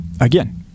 again